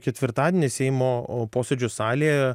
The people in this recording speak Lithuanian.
ketvirtadienį seimo posėdžių salėje